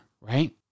right